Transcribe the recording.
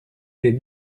des